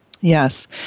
Yes